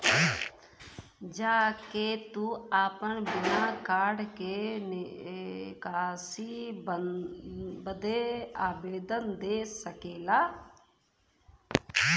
जा के तू आपन बिना कार्ड के निकासी बदे आवेदन दे सकेला